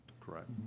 Correct